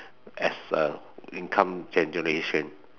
as a income generation